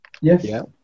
Yes